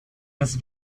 das